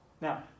Now